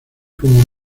como